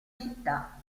città